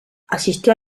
asistió